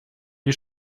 die